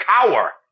cower